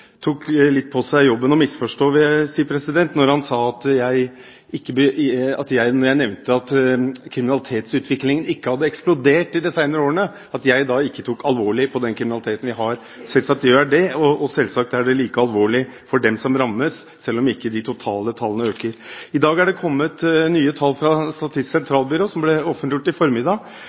litt tok på seg jobben å misforstå – vil jeg si – da han sa at jeg, da jeg nevnte at kriminalitetsutviklingen ikke hadde eksplodert i de senere årene, ikke tok den kriminaliteten vi har, alvorlig. Selvsagt gjør jeg det. Og selvsagt er det like alvorlig for dem som rammes, selv om de totale tallene ikke øker. I dag er det kommet nye tall fra Statistisk sentralbyrå, de ble offentliggjort i formiddag.